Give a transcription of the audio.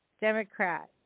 Democrat